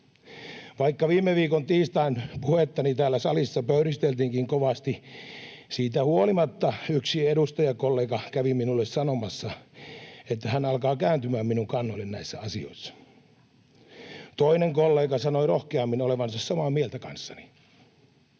Vaikka viime viikon tiistain puhettani täällä salissa pöyristeltiinkin kovasti, siitä huolimatta yksi edustajakollega kävi minulle sanomassa, että hän alkaa kääntymään minun kannalleni näissä asioissa. Toinen kollega sanoi rohkeammin olevansa samaa mieltä kanssani.